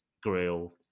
grill